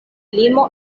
limo